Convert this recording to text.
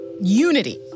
Unity